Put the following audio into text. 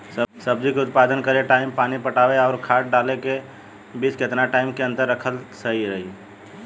सब्जी के उत्पादन करे टाइम पानी पटावे आउर खाद डाले के बीच केतना टाइम के अंतर रखल सही रही?